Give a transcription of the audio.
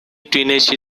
teenage